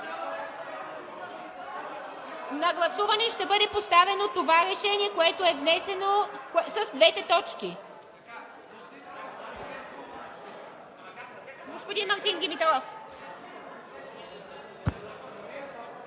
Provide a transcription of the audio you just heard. на гласуване ще бъде поставено това решение, което е внесено с двете точки. Господин Мартин Димитров.